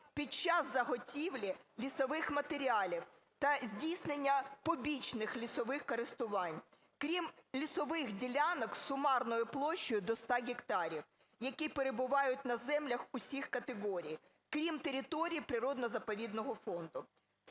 під час заготівлі лісових матеріалів та здійснення побічних лісових користувань, крім лісових ділянок сумарною площею до 100 гектарів, які перебувають на землях усіх категорій, крім територій природно-заповідного фонду.